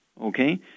Okay